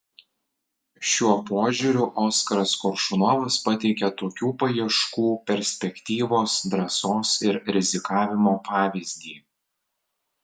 šiuo požiūriu oskaras koršunovas pateikia tokių paieškų perspektyvos drąsos ir rizikavimo pavyzdį